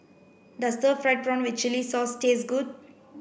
does stir fried prawn with chili sauce taste good